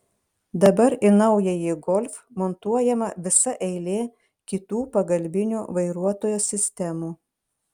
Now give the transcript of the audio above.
dabar į naująjį golf montuojama visa eilė kitų pagalbinių vairuotojo sistemų